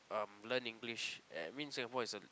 um learn English and mean Singapore is a